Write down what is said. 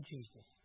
Jesus